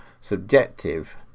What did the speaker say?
subjective